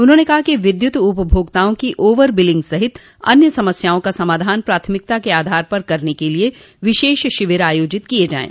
उन्होंने कहा कि विद्युत उपभोक्ताओं की ओवर बिलिंग सहित अन्य समस्याओं का समाधान प्राथमिकता के आधार पर करने के लिए विशेष शिविर आयोजित किये जायें